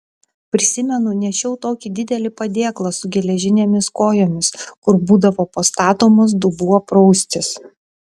prisimenu nešiau tokį didelį padėklą su geležinėmis kojomis kur būdavo pastatomas dubuo praustis